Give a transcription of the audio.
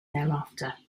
thereafter